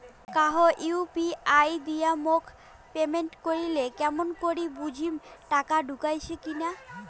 কাহো ইউ.পি.আই দিয়া মোক পেমেন্ট করিলে কেমন করি বুঝিম টাকা ঢুকিসে কি নাই?